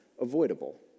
avoidable